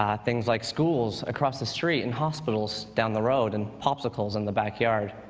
um things like schools across the street and hospitals down the road and popsicles in the backyard.